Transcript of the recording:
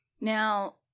Now